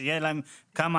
שיהיה להם כמה,